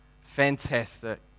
Fantastic